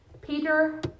Peter